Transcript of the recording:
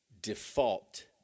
default